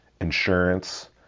insurance